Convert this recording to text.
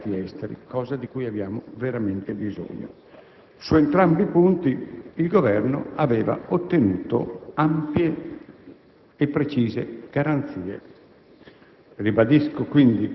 delle telecomunicazioni sui mercati esteri; cosa di cui abbiamo veramente bisogno. Su entrambi i punti il Governo aveva ottenuto ampie e precise garanzie.